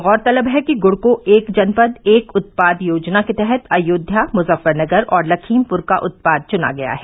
गौरतलब है कि गुड़ को एक जनपद एक उत्पाद योजना के तहत अयोध्या मुजफ्फरनगर और लखीमपुर का उत्पाद चुना गया है